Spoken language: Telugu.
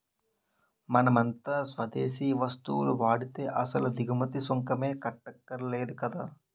మనమంతా స్వదేశీ వస్తువులు వాడితే అసలు దిగుమతి సుంకమే కట్టక్కర్లేదు కదా